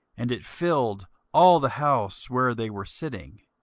and it filled all the house where they were sitting.